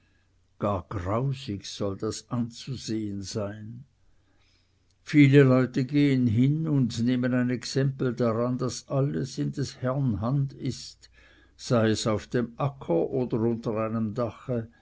grausig soll das anzusehen sein viele leute gehen hin und nehmen ein exempel daran daß alles in des herrn hand ist sei es auf dem acker oder unter einem dache